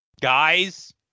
Guys